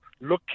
looking